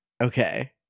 Okay